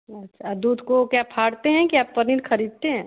अच्छा और दूध को क्या फाड़ते हैं कि आप पनीर खरीदते हैं